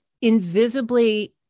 invisibly